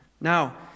Now